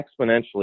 exponentially